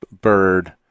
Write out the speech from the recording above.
Bird